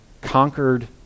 conquered